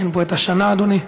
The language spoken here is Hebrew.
אין פה שנה, אדוני.